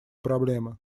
проблемы